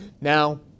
now